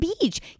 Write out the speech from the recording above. beach